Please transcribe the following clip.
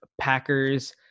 Packers